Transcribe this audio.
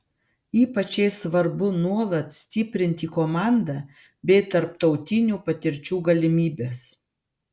ypač jai svarbu nuolat stiprinti komandą bei tarptautinių patirčių galimybes